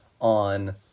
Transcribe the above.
on